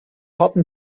harten